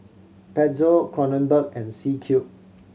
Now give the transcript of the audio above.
Pezzo Kronenbourg and C Cube